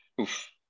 Oof